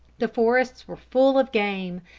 the forests were full of game.